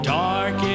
dark